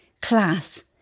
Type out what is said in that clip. class